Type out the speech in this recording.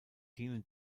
dienen